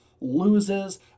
loses